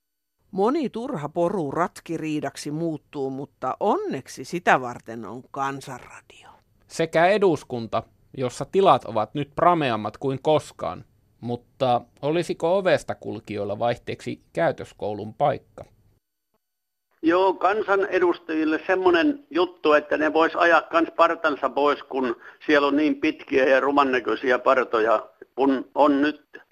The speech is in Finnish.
Moni turha poru ratkiriidaksi muuttuu, mutta onneksi sitä varten on Kansanradio. Sekä eduskunta, jossa tilat ovat nyt prameammat kuin koskaan. Mutta olisiko ovesta kulkijoilla vaihteeksi käytöskoulun paikka? Joo, kansanedustajille semmonen juttu, että ne vois ajaa kans partansa pois, kun siellä on niin pitkiä ja rumannäköisiä partoja, kun on nyt.